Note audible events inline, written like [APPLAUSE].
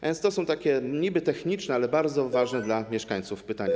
A więc to są takie niby techniczne, ale bardzo ważne [NOISE] dla mieszkańców pytania.